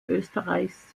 österreichs